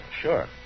sure